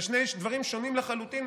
זה שני דברים שונים לחלוטין,